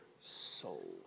soul